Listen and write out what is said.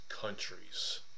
countries